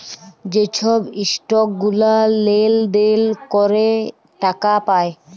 যে ছব ইসটক গুলা লেলদেল ক্যরে টাকা পায়